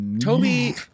Toby